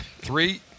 Three